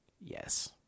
yes